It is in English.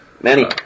Manny